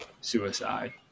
suicide